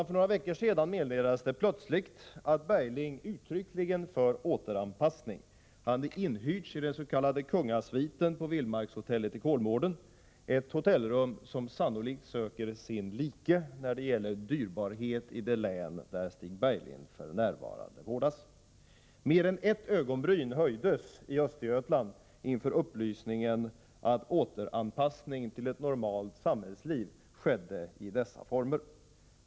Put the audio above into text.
För några veckor sedan meddelades det plötsligt i tidningarna att Bergling, uttryckligen för återanpassning, hade inhyrts i den s.k. Kungasviten på Vildmarkshotellet i Kolmården, ett hotellrum som när det gäller dyrbarhet sannolikt söker sin like i det län där Stig Bergling för närvarande vårdas. Mer än ett ögonbryn höjdes i Östergötland inför upplysningen att återanpassning till ett normalt samhällsliv skedde i dessa former.